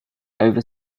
over